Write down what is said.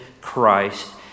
Christ